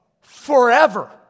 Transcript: forever